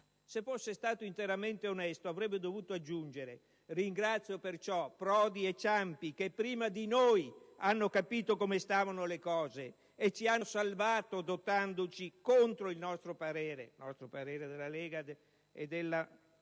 Se fosse stato interamente onesto avrebbe dovuto aggiungere: «Ringrazio perciò Prodi e Ciampi, che prima di noi hanno capito come stavano le cose e ci hanno salvato dotandoci, contro il nostro parere» - della Lega e